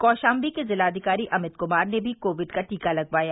कौशाम्बी के जिलाधिकारी अमित कुमार ने भी कोविड का टीका लगवाया